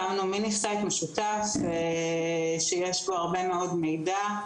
הקמנו מיניסייט משותף שיש בו הרבה מאוד מידע.